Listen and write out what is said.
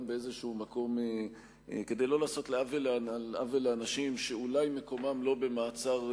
גם באיזשהו מקום כדי לא לעשות עוול לאנשים שאולי מקומם לא במעצר,